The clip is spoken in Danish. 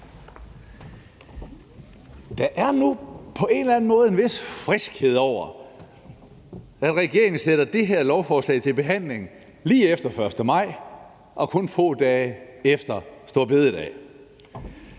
måde en vis friskhed over, at regeringen sætter det her lovforslag til behandling lige efter 1. maj og kun få dage efter store bededag.